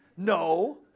No